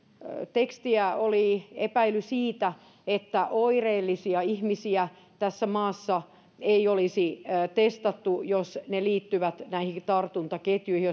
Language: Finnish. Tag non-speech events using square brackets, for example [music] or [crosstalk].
tekstiä oli epäily siitä että oireellisia ihmisiä tässä maassa ei olisi testattu jos ne liittyvät näihin tartuntaketjuihin [unintelligible]